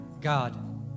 God